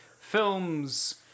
films